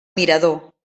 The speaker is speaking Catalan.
mirador